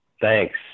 Thanks